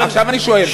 עכשיו אני שואל.